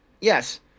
yes